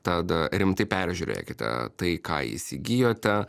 tad rimtai peržiūrėkite tai ką įsigijote